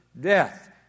death